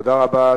תודה רבה.